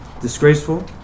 disgraceful